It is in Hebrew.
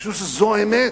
משום שזו האמת: